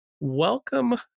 Welcome